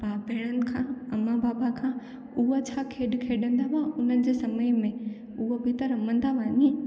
भाउ भेण खां अमा बाबा खां उहा छा खेॾ खेॾंदा हुआ उन्हनि जे समय में उहा बि त रमंदा हुआ नी